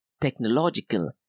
technological